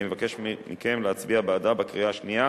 ואני מבקש מכם להצביע בעדה בקריאה השנייה